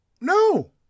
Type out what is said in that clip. no